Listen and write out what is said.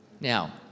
Now